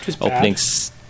openings